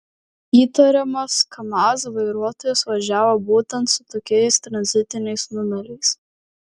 įtariamas kamaz vairuotojas važiavo būtent su tokiais tranzitiniais numeriais